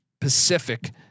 Pacific